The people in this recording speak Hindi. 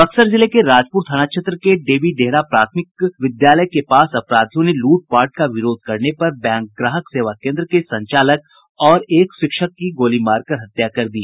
बक्सर जिले के राजपूर थाना क्षेत्र के डेबी डेहरा प्राथमिक विद्यालय के पास अपराधियों ने लूटपाट का विरोध करने पर बैंक ग्राहक सेवा केन्द्र के संचालक और एक शिक्षक की गोली मारकर हत्या कर दी